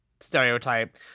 stereotype